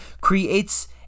creates